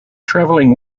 traveling